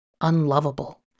unlovable